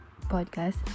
podcast